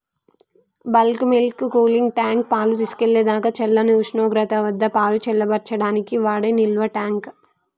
bulk milk cooling tank, పాలు తీసుకెళ్ళేదాకా చల్లని ఉష్ణోగ్రత వద్దపాలు చల్లబర్చడానికి వాడే నిల్వట్యాంక్